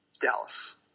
Dallas